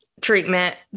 treatment